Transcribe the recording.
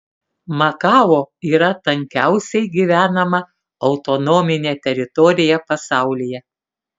makao yra tankiausiai gyvenama autonominė teritorija pasaulyje